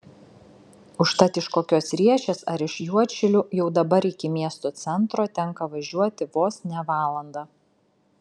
užtat iš kokios riešės ar iš juodšilių jau dabar iki miesto centro tenka važiuoti vos ne valandą